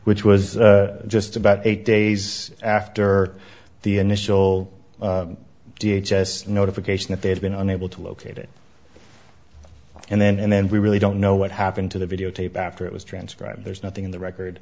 which was just about eight days after the initial d h s s notification that they had been unable to locate it and then and then we really don't know what happened to the videotape after it was transcribed there's nothing in the record